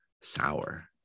sour